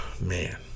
man